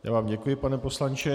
Já vám děkuji, pane poslanče.